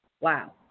Wow